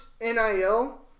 NIL